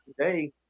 today